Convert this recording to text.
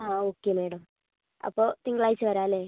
ആ okay madam അപ്പോൾ തിങ്കളാഴ്ച വരാമല്ലേ